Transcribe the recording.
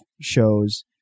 shows